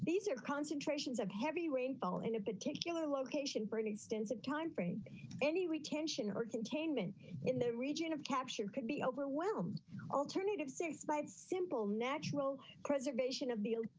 these are concentrations of heavy rainfall in a particular location for an extensive timeframe. lynn any retention or containment in the region of capture could be overwhelmed alternative six bytes simple natural preservation of build